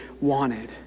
wanted